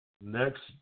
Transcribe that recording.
Next